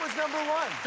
number one.